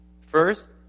First